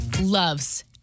loves